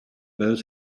those